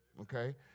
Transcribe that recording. okay